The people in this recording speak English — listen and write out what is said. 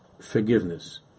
forgiveness